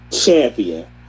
champion